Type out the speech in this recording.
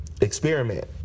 experiment